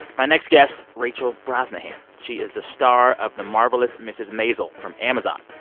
my next guest, rachel brosnahan. she is the star of the marvelous mrs. maisel from amazon.